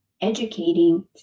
educating